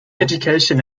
education